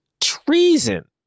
Treason